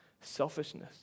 Selfishness